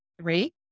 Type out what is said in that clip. Three